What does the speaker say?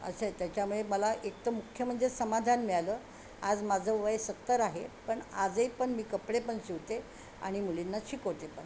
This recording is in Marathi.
असं त्याच्यामुळे मला एक तर मुख्य म्हणजे समाधान मिळालं आज माझं वय सत्तर आहे पण आजही पण मी कपडे पण शिवते आणि मुलींना शिकवते पण